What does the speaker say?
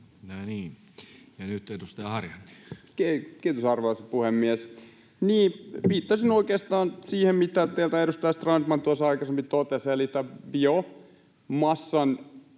Time: 16:23 Content: Kiitos, arvoisa puhemies! Niin, viittasin oikeastaan siihen, mitä teiltä edustaja Strandman tuossa aikaisemmin totesi, eli biomassan